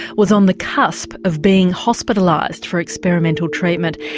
was on the cusp of being hospitalised for experimental treatment.